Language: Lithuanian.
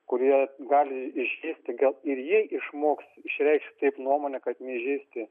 kurie gali įžeisti gal ir jie išmoks išreikšt taip nuomonę kad neįžeisti